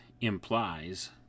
implies